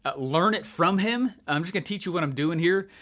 ah learn it from him, i'm just gonna teach you what i'm doing here.